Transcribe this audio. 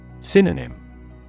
Synonym